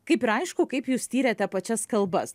kaip ir aišku kaip jūs tyrėte pačias kalbas